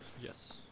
Yes